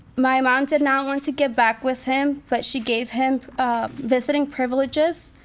my mom did not want to get back with him but she gave him um visiting privileges.